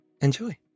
Enjoy